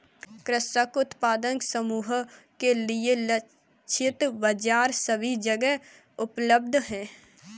कृषक उत्पादक समूह के लिए लक्षित बाजार सभी जगह उपलब्ध है